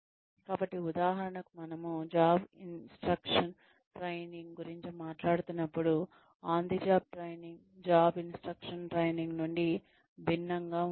కాబట్టి ఉదాహరణకు మనము జాబ్ ఇన్స్ట్రక్షన్ ట్రైనింగ్ గురించి మాట్లాడుతున్నప్పుడు on the job training job instruction training నుండి భిన్నంగా ఉంటుంది